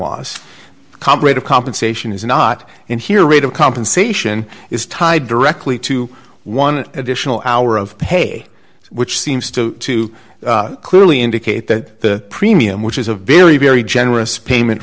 of compensation is not in here rate of compensation is tied directly to one additional hour of pay which seems to to clearly indicate that the premium which is a very very generous payment